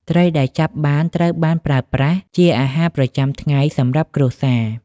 ត្រីដែលចាប់បានត្រូវបានប្រើប្រាស់ជាអាហារប្រចាំថ្ងៃសម្រាប់គ្រួសារ។